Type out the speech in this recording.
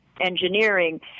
engineering